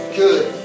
good